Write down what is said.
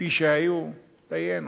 כפי שהיו, דיינו.